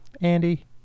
Andy